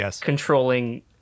controlling